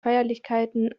feierlichkeiten